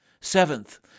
Seventh